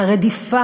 הרדיפה,